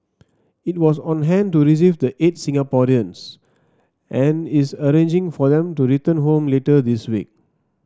it was on hand to receive the eight Singaporeans and is arranging for them to return home later this week